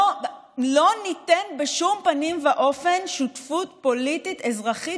לא ניתן בשום פנים ואופן שותפות פוליטית אזרחית,